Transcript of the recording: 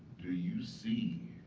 do you see